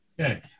Okay